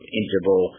interval